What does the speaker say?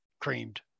creamed